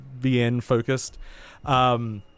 VN-focused